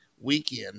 weekend